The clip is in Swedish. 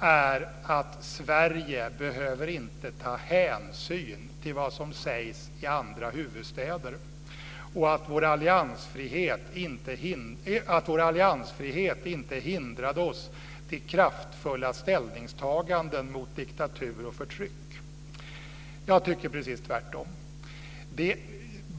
är att Sverige inte behöver ta hänsyn till vad som sägs i andra huvudstäder och att vår alliansfrihet inte hindrade oss från kraftfulla ställningstaganden mot diktatur och förtryck. Jag tycker precis tvärtom.